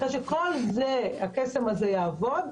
אחרי שכל הקסם הזה יעבוד,